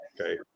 Okay